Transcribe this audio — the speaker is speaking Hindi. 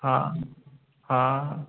हाँ हाँ